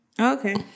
Okay